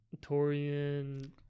Torian